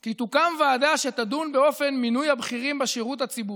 כי תוקם ועדה שתדון באופן מינוי הבכירים בשירות הציבורי.